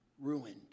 ruined